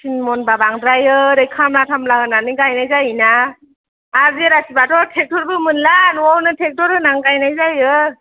थिन मनबा बांद्रायो ओरै खामला थामला होनानै गायनाय जायोना आर जेराथिबाथ' ट्रेक्टरबो मोनला न'आवनो ट्रेक्टर होनानै गायनाय जायो